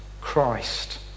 Christ